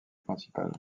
principales